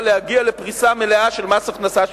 היא להגיע לפריסה מלאה של מס הכנסה שלילי,